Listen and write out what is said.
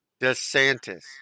DeSantis